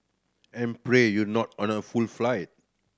and pray you're not on a full flight